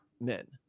men